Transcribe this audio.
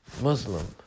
Muslim